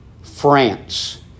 France